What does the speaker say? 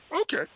Okay